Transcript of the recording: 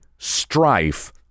Strife